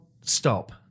stop